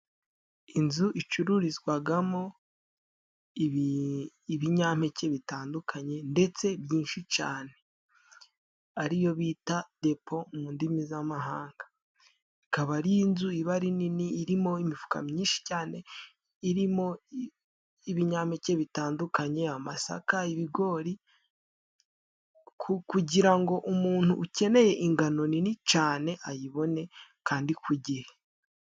Inzu icururizwagamo ibinyampeke bitandukanye, ndetse byinshi cane, ariyo bita depo mu ndimi z'amahanga. Ikaba ari inzu iba ari nini, irimo imifuka myinshi cyane, irimo ibinyampeke bitandukanye: amasaka, ibigori, kugira ngo umuntu ukeneye ingano nini cane ayibone kandi ku gihe.